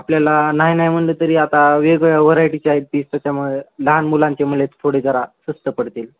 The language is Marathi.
आपल्याला नाही नाही म्हटलं तरी आता वेगवेगळ्या व्हरायटीचे आहेत पीस त्याच्यामुळे लहान मुलांचे म्हटले थोडे जरा स्वस्त पडतील